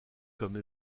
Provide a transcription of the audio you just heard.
comme